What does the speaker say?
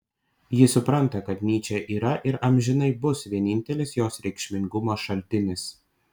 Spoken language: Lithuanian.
ji supranta kad nyčė yra ir amžinai bus vienintelis jos reikšmingumo šaltinis